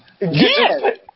yes